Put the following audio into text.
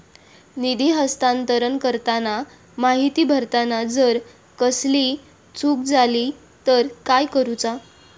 निधी हस्तांतरण करताना माहिती भरताना जर कसलीय चूक जाली तर काय करूचा?